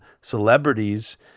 celebrities